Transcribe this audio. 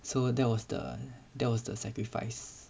so that was the that was the sacrifice